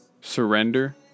surrender